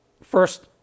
first